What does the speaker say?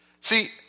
See